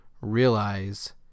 realize